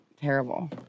terrible